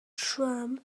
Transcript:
tram